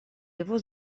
его